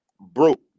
broke